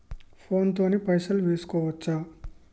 Phone తోని పైసలు వేసుకోవచ్చా?